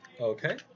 Okay